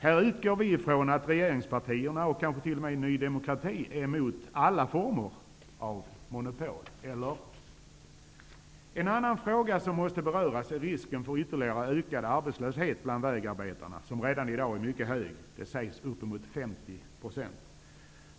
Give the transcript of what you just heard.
Här utgår vi från att regeringspartierna och kanske t.o.m. Ny demokrati är emot alla former av monopol. Hur är det med det? En annan fråga som måste beröras är risken för ytterligare ökad arbetslöshet bland vägarbetarna, vilken redan i dag är mycket hög -- uppemot 50 %, sägs det.